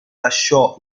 lasciò